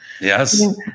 Yes